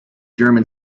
german